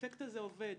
האפקט הזה עובד.